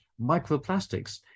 microplastics